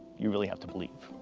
you really have to believe.